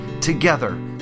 together